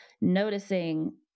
noticing